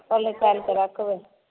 ता निकाइलि कऽ राखबौ